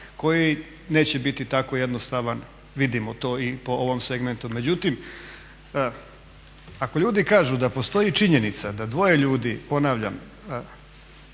koji neće biti tako jednostavan. Vidimo to i po ovom segmentu. Međutim, ako ljudi kažu da postoji činjenica da dvoje ljudi, ponavljam,